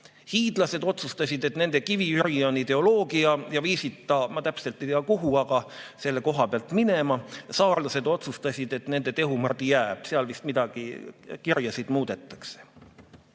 Hiidlased otsustasid, et nende Kivi‑Jüri on ideoloogia, ja viisid ta – ma täpselt ei tea, kuhu – selle koha pealt minema. Saarlased otsustasid, et nende Tehumardi [monument] jääb, seal vist midagi, mingeid kirjasid muudetakse.